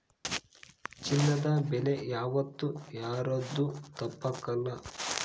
ಚಿನ್ನದ ಬೆಲೆ ಯಾವಾತ್ತೂ ಏರೋದು ತಪ್ಪಕಲ್ಲ